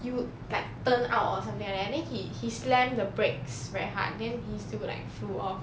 you~ like turn out or something like that then he he slammed the brakes very hard then he still like flew off